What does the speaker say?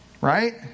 right